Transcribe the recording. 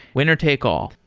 winner take all.